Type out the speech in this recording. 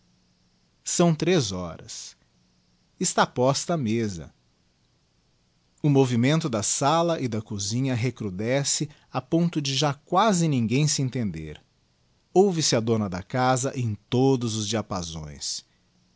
ão três horas está posta a mesa o movimento da sala e da cosinha recrudesce a ponto de já quasi ningut m se entender ouve-se a dona da casa em todos os diapasões